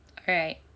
hi